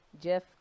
jeff